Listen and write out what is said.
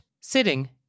sitting